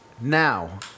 now